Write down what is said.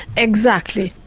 exactly.